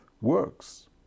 works